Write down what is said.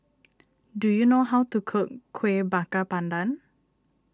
do you know how to cook Kuih Bakar Pandan